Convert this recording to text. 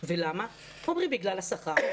הם אומרים בגלל השכר,